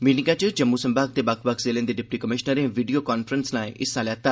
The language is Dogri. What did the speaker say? मीटिंगा च जम्मू संभाग दे बक्ख बक्ख जिलें दे डिप्टी कमीशनरें विडियो कांफ्रेंसिंग राएं हिस्सा लैता